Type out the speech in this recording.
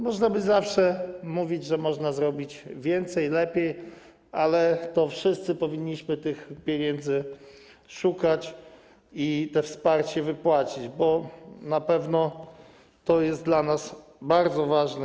Można by zawsze mówić, że można zrobić więcej, lepiej, ale wszyscy powinniśmy tych pieniędzy szukać i to wsparcie wypłacić, bo na pewno to jest dla nas wszystkich bardzo ważne.